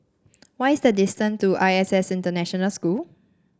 what is the distance to I S S International School